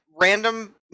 random